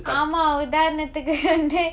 ஆமா உதாரணத்துக்கு:aamaa uthaarnathukku வந்து:vanthu